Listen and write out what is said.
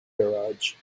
garage